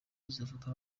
izafatwa